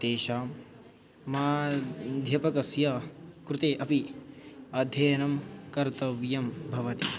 तेषां माध्यमकस्य कृते अपि अध्ययनं कर्तव्यं भवति